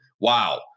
Wow